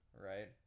Right